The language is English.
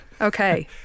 Okay